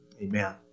amen